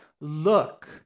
look